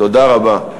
תודה רבה.